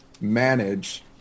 manage